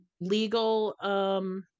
legal